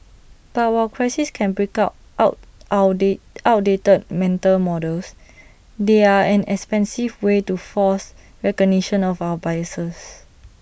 but while crises can break our out our day outdated mental models they are an expensive way to force recognition of our biases